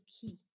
key